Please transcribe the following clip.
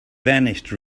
vanished